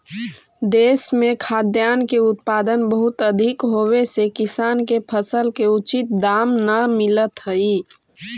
देश में खाद्यान्न के उत्पादन बहुत अधिक होवे से किसान के फसल के उचित दाम न मिलित हइ